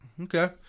Okay